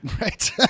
Right